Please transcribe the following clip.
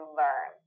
learn